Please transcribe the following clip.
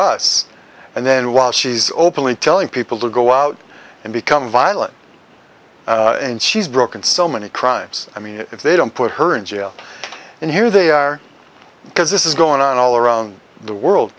us and then while she's openly telling people to go out and become violent and she's broken so many crimes i mean if they don't put her in jail and here they are because this is going on all around the world